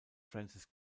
francis